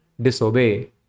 disobey